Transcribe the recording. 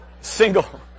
Single